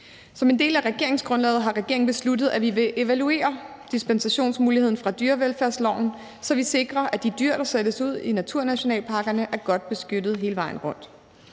Som en del af regeringsgrundlaget har regeringen besluttet, at vi vil evaluere dispensationsmuligheden fra dyrevelfærdsloven, så vi sikrer, at de dyr, der sættes ud i naturnationalparkerne, er godt beskyttet hele vejen rundt.